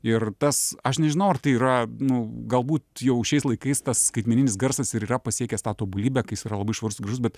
ir tas aš nežinau ar tai yra nu galbūt jau šiais laikais tas skaitmeninis garsas ir yra pasiekęs tą tobulybę kai jis yra labai švarus gražus bet